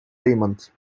raymond